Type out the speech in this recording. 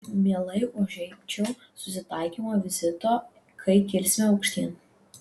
mielai užeičiau susitaikymo vizito kai kilsime aukštyn